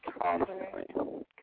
constantly